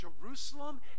Jerusalem